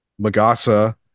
Magasa